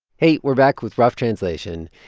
hey. we're back with rough translation.